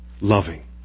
loving